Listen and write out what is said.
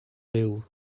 liw